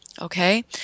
okay